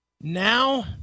Now